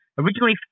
originally